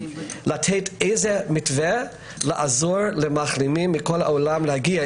צריך לתת מתווה לעזור למחלימים מכל העולם להגיע,